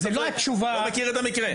אני לא מכיר את המקרה.